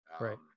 right